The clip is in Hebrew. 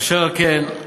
אשר על כן,